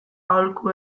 aholku